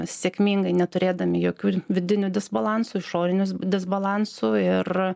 sėkmingai neturėdami jokių vidinių disbalansų išorinių disbalansų ir